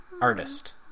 Artist